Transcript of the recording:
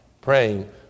praying